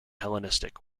hellenistic